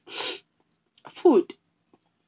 food